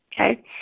okay